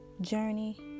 journey